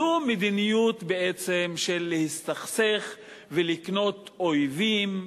זו מדיניות, בעצם, של להסתכסך ולקנות אויבים.